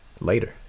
Later